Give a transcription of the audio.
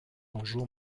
bonjour